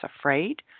afraid